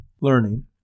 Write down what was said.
learning